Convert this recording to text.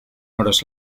hores